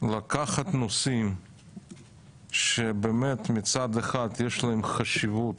זה לקחת נושאים שבאמת מצד אחד יש להם חשיבות